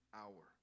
hour